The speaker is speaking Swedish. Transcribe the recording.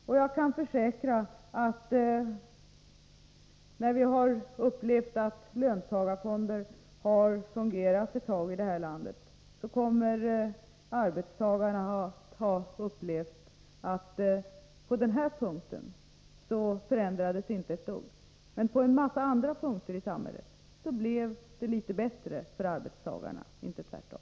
Och jag kan försäkra att när löntagarfonderna har fungerat ett tag i det här landet kommer arbetstagarna att ha upplevt att inte ett dugg förändrades på den här punkten, men på en massa andra punkter i samhället blev det litet bättre för arbetstagarna — inte tvärtom.